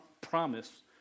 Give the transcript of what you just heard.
promise